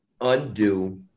undo